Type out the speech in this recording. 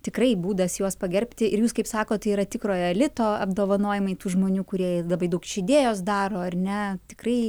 tikrai būdas juos pagerbti ir jūs kaip sakot tai yra tikrojo elito apdovanojimai tų žmonių kurie labai daug iš idėjos daro ar ne tikrai